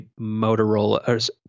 Motorola